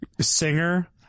Singer